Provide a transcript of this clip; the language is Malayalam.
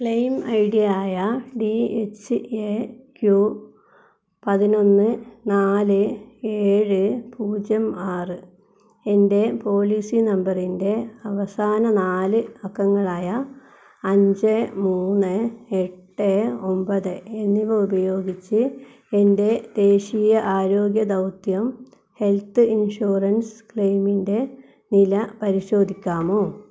ക്ലെയിം ഐ ഡിയായ ഡി എച്ച് എ ക്യൂ പതിനൊന്ന് നാല് ഏഴ് പൂജ്യം ആറ് എൻ്റെ പോളിസി നമ്പറിൻ്റെ അവസാന നാല് അക്കങ്ങളായ അഞ്ച് മൂന്ന് എട്ട് ഒന്പത് എന്നിവ ഉപയോഗിച്ച് എൻ്റെ ദേശീയ ആരോഗ്യ ദൗത്യം ഹെൽത്ത് ഇൻഷുറൻസ് ക്ലെയ്മിൻ്റെ നില പരിശോധിക്കാമോ